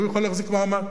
הוא יוכל להחזיק מעמד,